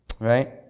right